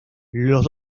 los